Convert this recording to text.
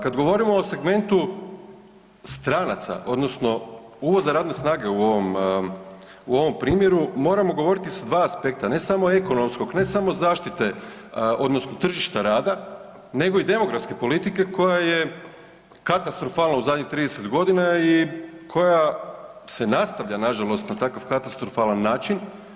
Kad govorimo o segmentu stranaca, odnosno uvoza radne snage u ovom primjeru, moramo govoriti s dva aspekta, ne samo ekonomskog, ne samo zaštite odnosno tržišta rada, nego i demografske politike koja je katastrofalna u zadnjih 30 godina i koja se nastavlja nažalost na takav katastrofalan način.